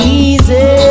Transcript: easy